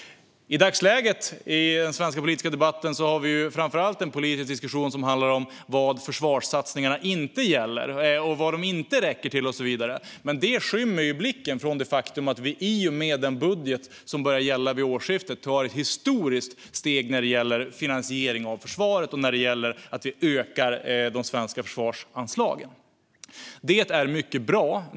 I dagsläget i den svenska politiska debatten har vi framför allt en politisk diskussion som handlar om vad försvarssatsningarna inte gäller och vad de inte räcker till och så vidare. Det skymmer blicken från det faktum att vi i och med den budget som börjar gälla vid årsskiftet tar ett historiskt steg när det gäller finansiering av försvaret och att vi ökar de svenska försvarsanslagen. Det är mycket bra.